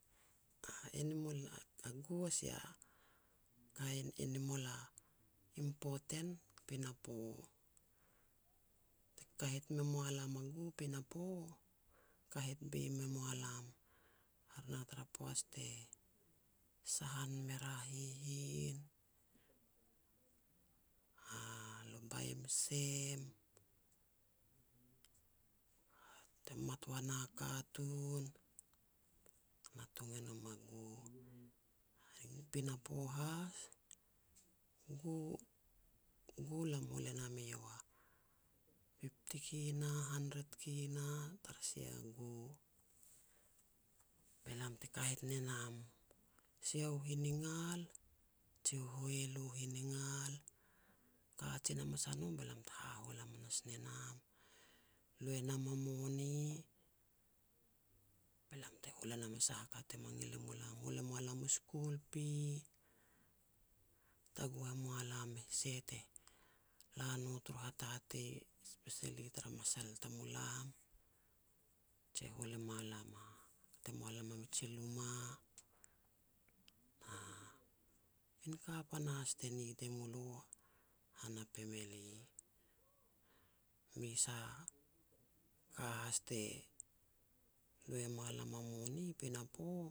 A animal, a gu a sia kain animal a important, pinapo. Te kahet me mua lam a gu pinapo, kahet boi me moa lam, hare na tara poaj te sahan me ria hihin, lo baim sem, te mat ua na katun, natung e nom a gu. Pinapo has, gu-gu lam e hol e nam iau a fifty kina hundred kina tara sia gu, be lam te kahet ne nam, siau hiningal jiu hualu hiningal. Kajen hamas a no be lam te hahol hamanas ne nam, lu e nam a moni, be lam te hol e nam a sah a ka te mangil e mu lam. Hol e mua lam u school pi, taguh e mua lam e seh te la no turu hatatei, especially tar masal tamulam, je hol e mua lam, kat e mua lam a miji luma, na min ka panahas te nit e mulo han a family. Mes a ka has te lo e mua lam a moni pinapo,